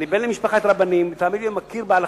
אני בן למשפחת רבנים.